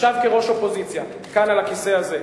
ישב כראש אופוזיציה כאן על הכיסא הזה,